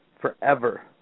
forever